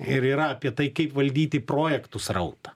ir yra apie tai kaip valdyti projektų srautą